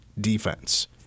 defense